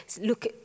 look